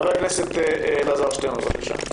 חבר הכנסת אלעזר שטרן, בבקשה.